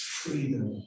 freedom